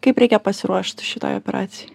kaip reikia pasiruošt šitai operacijai